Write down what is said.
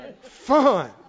Fun